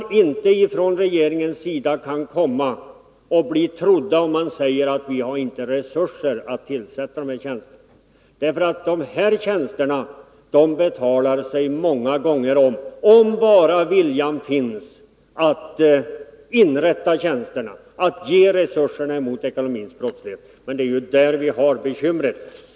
Regeringen blir inte trodd om den säger att det inte finns resurser för att tillsätta de här tjänsterna. De betalar sig många — Nr 75 gånger om — om bara viljan finns att inrätta tjänsterna, att ge resurser för att komma till rätta med den ekonomiska brottsligheten.